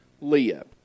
Leah